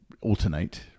alternate